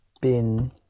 bin